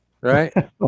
right